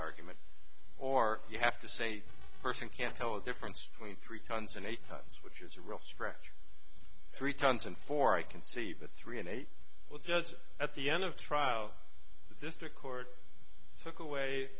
argument or you have to say first and can tell the difference between three tonnes and eight times which is a real stretch three times in four i can see the three and eight will judge at the end of trial the district court took away